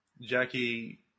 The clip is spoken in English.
Jackie